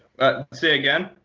say again?